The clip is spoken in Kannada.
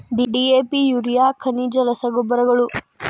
ಡಿ.ಎ.ಪಿ ಯೂರಿಯಾ ಖನಿಜ ರಸಗೊಬ್ಬರಗಳು